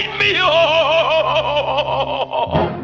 me oh, um ah